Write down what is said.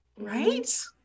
Right